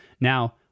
Now